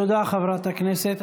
תודה, חברת הכנסת.